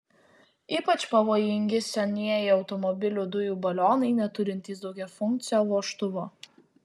ypač pavojingi senieji automobilių dujų balionai neturintys daugiafunkcio vožtuvo